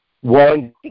One